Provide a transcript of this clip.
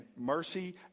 mercy